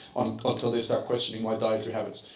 until they start questioning my dietary habits.